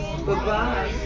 Goodbye